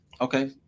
Okay